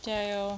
加油